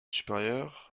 supérieure